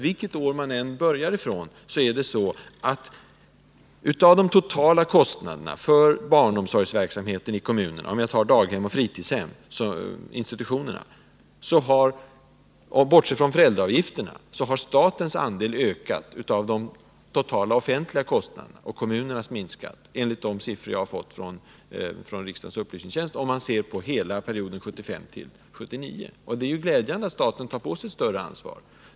Vilket år man än börjar ifrån är det så, att av de totala kostnaderna för barnomsorgsverksamheten — daghem och fritidshem — har statens andel ökat och kommunernas minskat. Jag bortser då från föräldraavgifterna. Det visar de siffror jag har fått från riksdagens upplysningstjänst för perioden 1975-1979. Det är bra att staten tar på sig ett större ansvar.